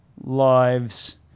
lives